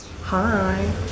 hi